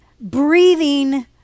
breathing